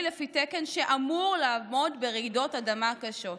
לפי תקן שאמור לעמוד ברעידות אדמה קשות.